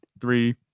three